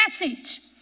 message